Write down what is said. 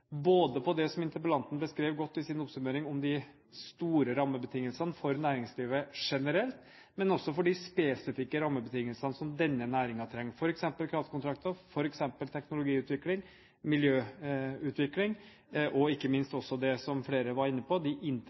på det som interpellanten beskrev godt i sin oppsummering om de store rammebetingelsene for næringslivet generelt, men også for de spesifikke rammebetingelsene som denne næringen trenger, f.eks. kraftkontrakter, teknologiutvikling, miljøutvikling og ikke minst også, som flere har vært inne på, de